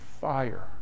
fire